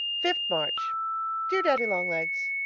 fifth march dear daddy-long-legs,